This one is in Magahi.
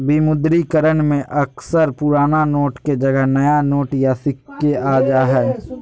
विमुद्रीकरण में अक्सर पुराना नोट के जगह नया नोट या सिक्के आ जा हइ